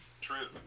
True